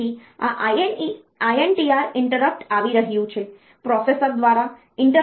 તેથી આ INTR interrupt આવી રહ્યું છે પ્રોસેસર દ્વારા ઇન્ટરપ્ટ એક્નોલેજમેન્ટ પિન સક્રિય થાય છે